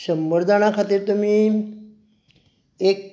शंबर जाणां खातीर तुमी एक